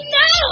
no